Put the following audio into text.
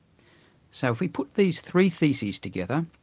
so if we put these three theses together,